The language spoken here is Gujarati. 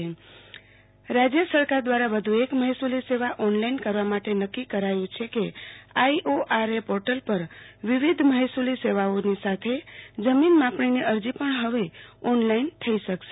આરતી ભટ્ટ મહેસુલી સેવા ઓનલાઈન રાજ્ય સરકાર દ્વારા વધુ એક મહેસુલી સેવા ઓનલાઈન કરવા માટે નક્કી કર્યું છ કે આઈઓઆરએ પોર્ટલ પર વિવિધ મહેસુલી સેવાઓની સાથે જમીન માપછીની અરજી પણ હવે ઓનલાઈન થઈ શકશે